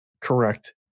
Correct